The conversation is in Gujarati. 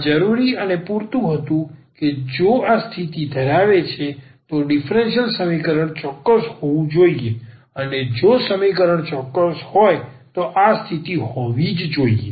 આ જરૂરી અને પૂરતું હતું કે જો આ સ્થિતિ ધરાવે છે તો ડીફરન્સીયલ સમીકરણ ચોક્કસ હોવું જોઈએ અને જો સમીકરણ ચોક્કસ હોય તો આ સ્થિતિ હોવી જ જોઇએ